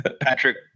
Patrick